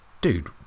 dude